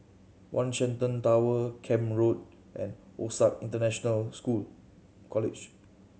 One Shenton Tower Camp Road and OSAC International School College